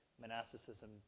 monasticism